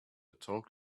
talk